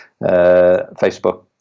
Facebook